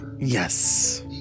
Yes